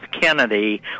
Kennedy